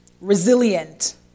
resilient